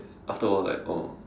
after a while like oh